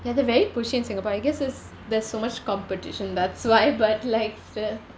ya they're very pushy in singapore I guess is there's so much competition that's why but like uh